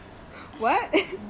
get out of the house now